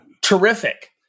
terrific